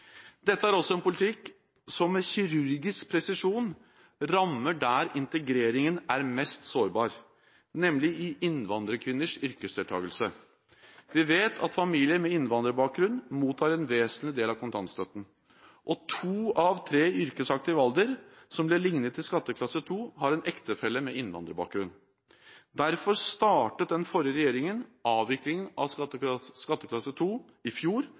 Dette er også en politikk som med kirurgisk presisjon rammer der integreringen er mest sårbar, nemlig i innvandrerkvinners yrkesdeltakelse. Vi vet at familier med innvandrerbakgrunn mottar en vesentlig del av kontantstøtten. To av tre i yrkesaktiv alder som ble lignet i skatteklasse 2, har en ektefelle med innvandrerbakgrunn. Derfor startet den forrige regjeringen avviklingen av skatteklasse 2 i fjor